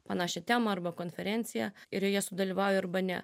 panašią temą arba konferenciją ir joje sudalyvauju arba ne